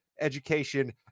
education